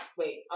wait